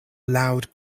loud